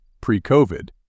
pre-COVID